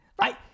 Right